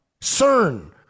CERN